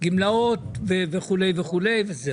גמלאות וכו' וכו' וזהו,